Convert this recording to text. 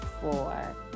four